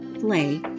play